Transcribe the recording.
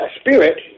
spirit